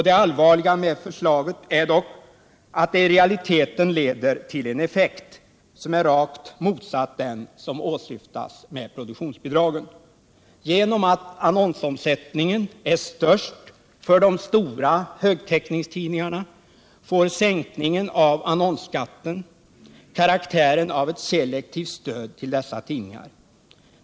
Det allvarliga med förslaget är dock att det i realiteten leder till en effekt som är rakt motsatt den som åsyftas med produktionsbidragen. Genom att annonsomsättningen är störst för de stora högtäckningstidningarna får sänkningen av annonsskatten karaktären av ett selektivt stöd till dessa tidningar.